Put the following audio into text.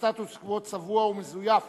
לסטטוס-קוו צבוע ומזויף